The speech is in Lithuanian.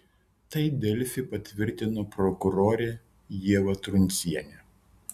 tai delfi patvirtino prokurorė ieva truncienė